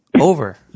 over